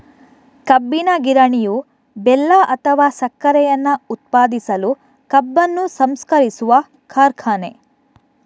ಕಬ್ಬಿನ ಗಿರಣಿಯು ಬೆಲ್ಲ ಅಥವಾ ಸಕ್ಕರೆಯನ್ನ ಉತ್ಪಾದಿಸಲು ಕಬ್ಬನ್ನು ಸಂಸ್ಕರಿಸುವ ಕಾರ್ಖಾನೆ